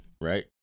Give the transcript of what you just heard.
right